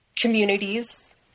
communities